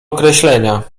określenia